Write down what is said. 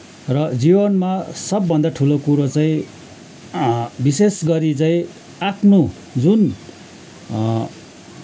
र जीवनमा सबभन्दा ठुलो कुरो चाहिँ विशेष गरी चाहिँ आफ्नो जुन